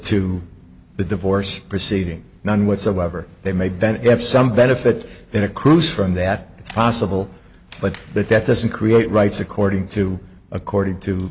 to the divorce proceeding none whatsoever they may benefit have some benefit in a cruise from that it's possible but but that doesn't create rights according to according to